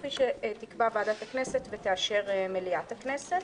כפי שתקבע ועדת הכנסת ותאשר מליאת הכנסת.